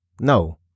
No